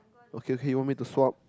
okay okay you want me to swap